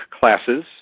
classes